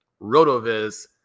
Rotoviz